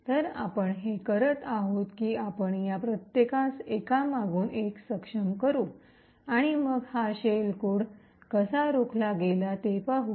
तर आपण हे करत आहोत की आपण या प्रत्येकास एका मागून एक सक्षम करू आणि मग हा शेल कोड कसा रोखला गेला ते पाहू